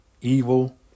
evil